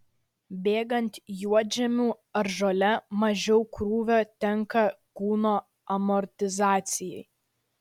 bėgant juodžemiu ar žole mažiau krūvio tenka kūno amortizacijai